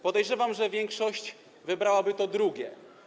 Podejrzewam, że większość wybrałaby to drugie.